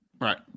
Right